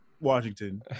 washington